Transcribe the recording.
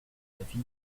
l’avis